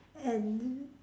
and